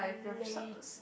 late